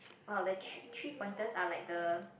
!wow! the three three pointers are like the